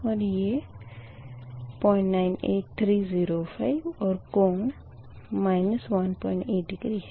और यह 098305 और कोण 18 डिग्री है